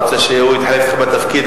אתה רוצה שהוא יתחלף בתפקיד,